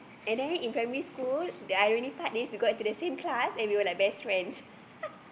and then in primary school that we were in the same class and we were like best friends